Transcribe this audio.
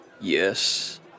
Yes